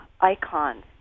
icons